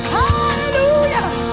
hallelujah